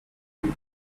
him